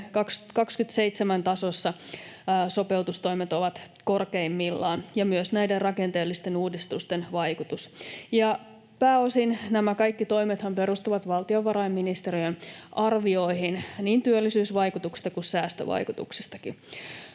27 tasossa sopeutustoimet ovat korkeimmillaan ja myös näiden rakenteellisten uudistusten vaikutus. Pääosin nämä kaikki toimethan perustuvat valtiovarainministeriön arvioihin, niin työllisyysvaikutuksista kuin säästövaikutuksistakin.